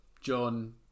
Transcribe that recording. John